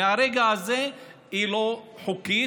מרגע זה היא לא חוקית,